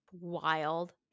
Wild